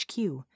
HQ